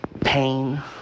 pain